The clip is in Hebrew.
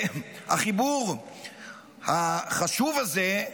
החיבור החשוב הזה,